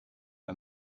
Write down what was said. een